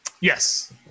Yes